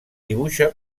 dibuixa